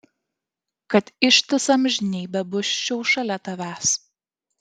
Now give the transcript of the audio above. kad ištisą amžinybę busčiau šalia tavęs